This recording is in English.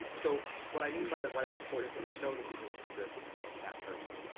so what i mean by that, why that's important because it shows a genuine interest in that person.